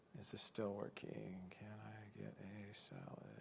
this is still working. can i get a salad?